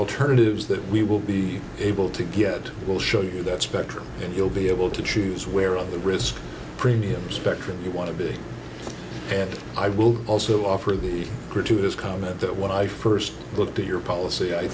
alternatives that we will be able to get will show you that spectrum and you'll be able to choose where of the risk premium spectrum you want to be had i will also offer the gratuitous comment that when i first looked at your policy i